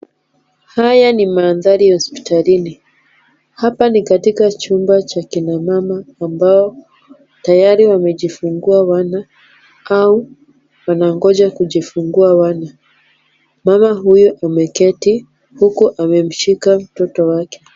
Haya ni mandhari ya hospitalini. Hapa ni katika chumba cha kina mama ambao tayari wamejifungua wana au wanangoja kujifungua wana. Mama huyu ameketi huku amemshika mtoto wake.